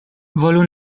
volu